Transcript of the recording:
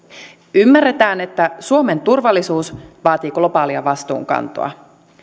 ymmärretään että suomen turvallisuus vaatii globaalia vastuunkantoa